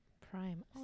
Prime